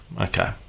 Okay